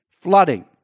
flooding